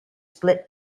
split